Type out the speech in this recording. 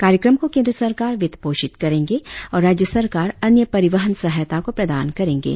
कार्यक्रम को केंद्र सरकार वित्त पोषित करेंगे और राज्य सरकार अन्य परिवहन सहायता को प्रदान करेंगे